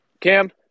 Cam